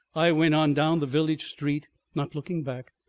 i went on down the village street, not looking back,